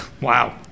Wow